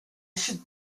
should